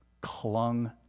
clung